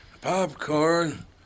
Popcorn